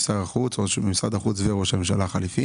שר החוץ או משרד החוץ וראש הממשלה החליפי